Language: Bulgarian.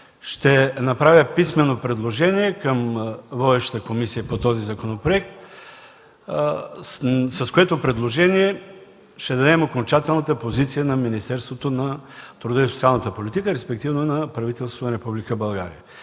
ще направя писмено предложение към водещата комисия, с което ще дадем окончателната позиция на Министерството на труда и социалната политика, респективно на правителството на Република България.